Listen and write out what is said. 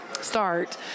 start